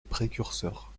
précurseurs